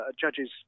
judges